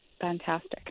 fantastic